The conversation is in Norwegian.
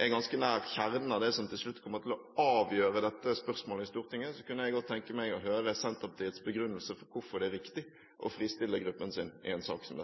er ganske nær kjernen av det som til slutt kommer til å avgjøre dette spørsmålet i Stortinget, kunne jeg godt tenke meg å høre Senterpartiets begrunnelse for hvorfor det er riktig å fristille gruppen sin i en sak som